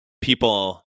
people –